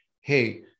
hey